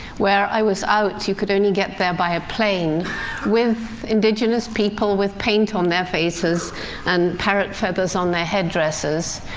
where i was out you could only get there by a plane with indigenous people with paint on their faces and parrot feathers on their headdresses,